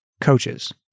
coaches